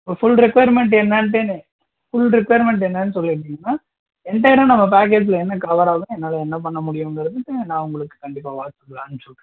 ஒரு full requirement என்னென்னுட்டுனு full requirement என்னென்னு சொன்னீங்கனால் என்டயராக நம்ம பேக்கேஜ் என்ன கவர் ஆகுதுன்னு என்னால் என்ன பண்ண முடியுங்குறது வரைக்கும் நான் உங்களுக்கு கண்டிப்பாக வாட்ஸ்அப்பில் அனுப்பிசிவுட்றேன்